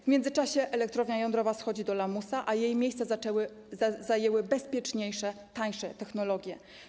W międzyczasie elektrownia jądrowa schodzi do lamusa, a jej miejsce zajmują bezpieczniejsze, tańsze technologie.